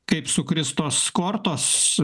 kaip sukris tos kortos